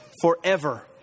forever